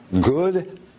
good